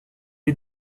est